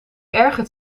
ergert